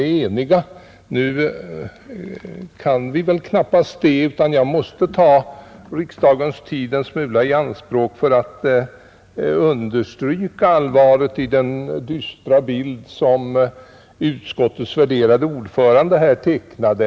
Nu kan vi knappast det på grund av den fastställda debattordningen, och jag måste ta riksdagens tid en smula i anspråk för att understryka allvaret i den dystra bild som utskottets värderade ordförande här tecknade.